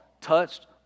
touched